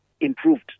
improved